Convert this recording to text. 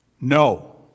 No